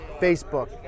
Facebook